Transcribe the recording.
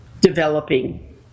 developing